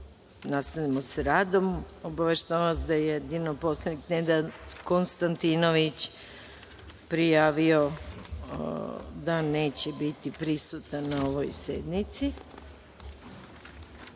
nastavljamo sa radom. Obaveštavam vas da je jedino poslanik Nenad Konstantinović prijavio da neće biti prisutan na ovoj